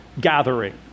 gathering